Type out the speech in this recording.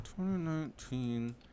2019